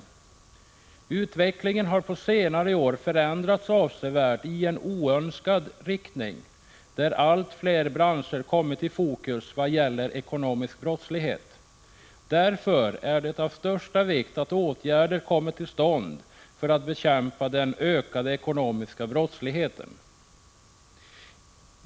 1985/86:157 Utvecklingen har på senare år förändrats avsevärt i en oönskad riktning, 30 maj 1986 där allt fler branscher kommit i fokus vad gäller ekonomisk brottslighet. Därför är det av största vikt att åtgärder kommer till stånd för bekämpning av den ökade ekonomiska brottsligheten.